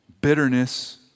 bitterness